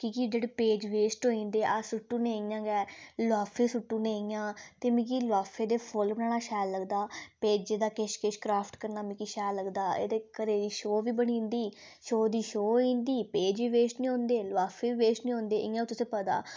कि की जेह्ड़े पेज वेस्ट होई जंदे अस सुट्टी ने इयां गै लफाफे सुट्टी ने इयां ते मिकी लफाफे दे फुल्ल बनाना शैल लगदा पेजे दा किश किश क्राफ्ट करना मिकी शैल लगदा एह्दे घरै दी शो बी बनी जंदी शो दी शो होई जंदी पेज बी वेस्ट नी होंदे लफाफे बी वेस्ट नी होंदे इयां तुसें पता